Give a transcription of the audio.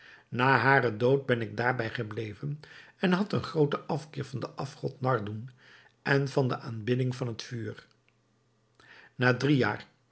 na haren dood ben ik daarbij gebleven en had een grooten afkeer van den afgod nardoun en van de aanbidding van het vuur na drie jaar